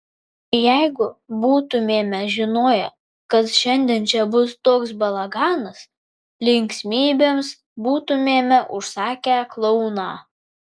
jeigu būtumėme žinoję kad šiandien čia bus toks balaganas linksmybėms būtumėme užsakę klouną